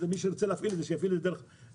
ומי שירצה להפעיל יפעיל מונית.